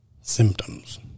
symptoms